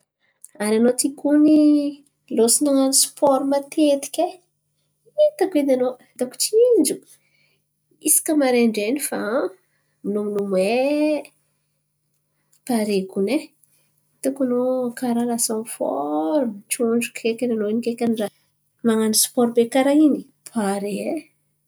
Ary anô ty kony lôso nanô sipôro matetiky. Hitako edy anô, hitako tsinjo isaka marandrain̈y fa milomilomay pare kony e! Hitako anô karà lasa an forma, tsôntsoko kaiky anô nan̈ano sipôro be karà in̈y pare e.